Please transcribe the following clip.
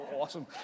awesome